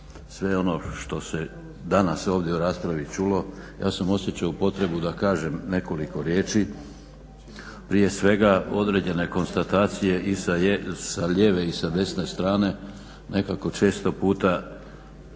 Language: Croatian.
sve ono što se danas ovdje u raspravi čulo ja sam osjećao potrebu da kažem nekoliko riječi. Prije svega određene konstatacije i sa lijeve i sa desne strane nekako često puta